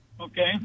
Okay